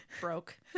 broke